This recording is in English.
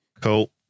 cool